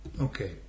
Okay